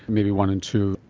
maybe one in two.